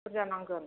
बुरजा नांगोन